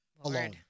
alone